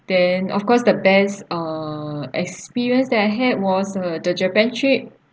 then of course the best uh experience that I had was uh the japan trip